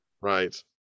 Right